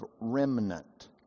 remnant